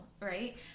Right